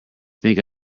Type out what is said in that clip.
think